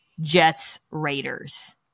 Jets-Raiders